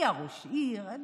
היה ראש עיר, שירת